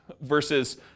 Versus